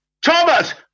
Thomas